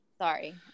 Sorry